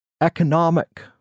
economic